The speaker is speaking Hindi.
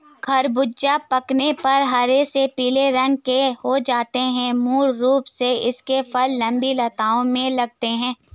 ख़रबूज़ा पकने पर हरे से पीले रंग के हो जाते है मूल रूप से इसके फल लम्बी लताओं में लगते हैं